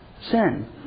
Sin